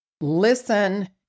Listen